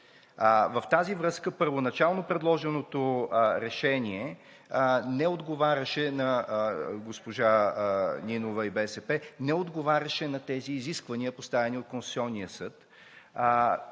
В тази връзка първоначално предложеното решение на госпожа Нинова и БСП не отговаряше на тези изисквания, поставени от Конституционния съд,